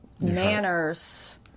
manners